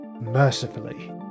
mercifully